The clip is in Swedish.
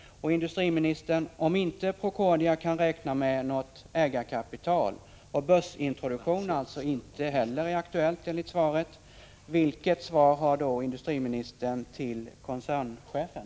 Och, industriministern, om Procordia inte kan räkna med ägarkapital och börsintroduktionen alltså inte heller är aktuell enligt svaret, vilket svar har då industriministern att ge till koncernchefen?